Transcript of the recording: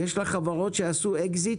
ויש לה חברות שעשו אקזיט